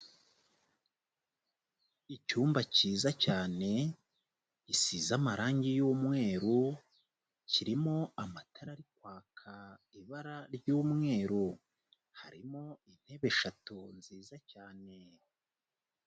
Icyumba cyiza cyane, gisize amarangi y'umweru, kirimo amatara ari kwaka ibara ry'umweru, harimo intebe eshatu nziza cyane.